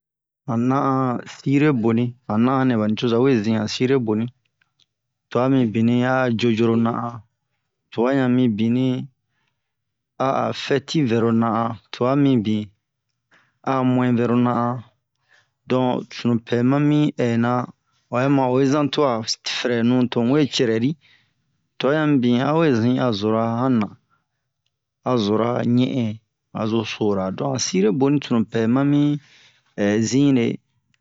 Han nan'an sire boni han nan'a nɛ ba nicoza we zin han sire boni twa mibini a'a jojoro nan'an twa han mibini a'a fɛti vɛro nan'an twa mibin a'a mu'in vɛro nan'an don sunu pɛ mami hɛna o bɛ ma oyi zan twa frɛnu to mu we crɛri twa yan mibin a we zin a zora han na a zora ɲin'in azo sora don han sire boni sunu pɛ mami zine